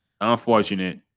unfortunate